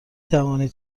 توانید